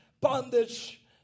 bondage